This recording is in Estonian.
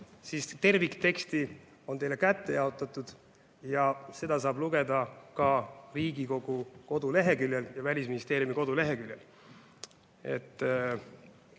siis terviktekst on teile kätte jaotatud ning seda saab lugeda ka Riigikogu koduleheküljel ja Välisministeeriumi koduleheküljel.